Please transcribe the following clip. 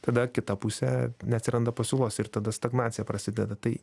tada kita pusė neatsiranda pasiūlos ir tada stagnacija prasideda tai